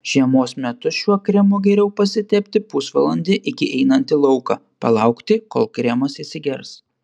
žiemos metu šiuo kremu geriau pasitepti pusvalandį iki einant į lauką palaukti kol kremas įsigers